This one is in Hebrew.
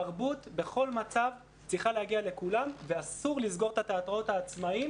תרבות בכל מצב צריכה להגיע לכולם ואסור לסגור את התיאטראות העצמאיים